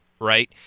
right